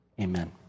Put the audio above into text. Amen